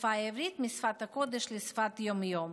השפה העברית משפת הקודש לשפת יום-יום.